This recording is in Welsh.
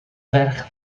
ferch